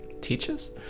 teaches